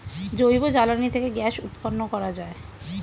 জৈব জ্বালানি থেকে গ্যাস উৎপন্ন করা যায়